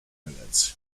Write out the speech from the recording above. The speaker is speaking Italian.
ragazzi